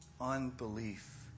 Unbelief